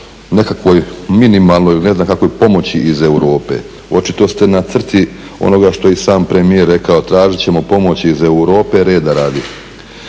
nekakvoj minimalnoj ili ne znam kakvoj pomoći iz Europe, očito ste na crti onoga što je i sam premijer rekao tražit ćemo pomoć iz Europe reda radi.